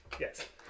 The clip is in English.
Yes